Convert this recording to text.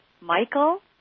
Michael